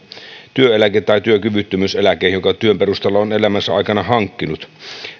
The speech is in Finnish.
työeläke tai työkyvyttömyyseläke jonka työn perusteella on elämänsä aikana hankkinut